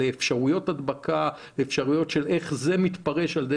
אפשרויות הדבקה ואיך זה מתפרש על ידי